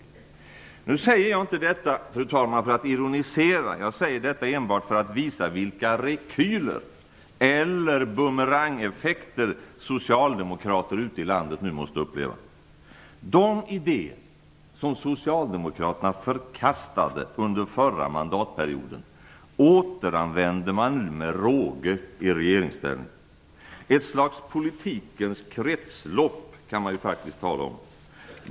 Jag säger inte detta, fru talman, för att ironisera. Jag säger det enbart för att visa vilka rekyler eller bumerangeffekter socialdemokrater ute i landet nu måste uppleva. De idéer som Socialdemokraterna förkastade under förra mandatperioden återanvänder man nu med råge i regeringsställning. Man kan faktiskt tala om ett slags politikens kretslopp.